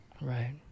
Right